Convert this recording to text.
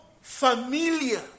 familiar